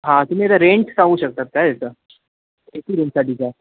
हां तुम्ही आता रेंट सांगू शकतात काय ह्याचा ए सी रूमसाठीचा